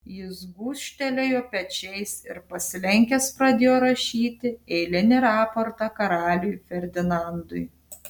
jis gūžtelėjo pečiais ir pasilenkęs pradėjo rašyti eilinį raportą karaliui ferdinandui